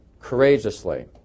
courageously